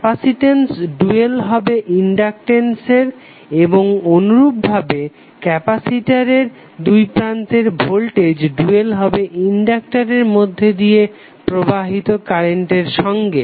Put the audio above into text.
capacitance dual হবে ইনডাটেন্সের এবং অনুরূপভাবে ক্যাপাসিটারের দুই প্রান্তে ভোল্টেজ ডুয়াল হবে ইনডাটেন্সের মধ্যে দিয়ে প্রবাহিত কারেন্টের সঙ্গে